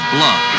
Blood